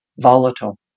volatile